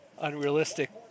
unrealistic